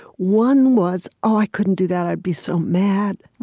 one was, oh, i couldn't do that i'd be so mad.